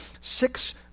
six